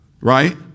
Right